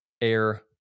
air